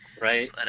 right